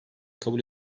kabul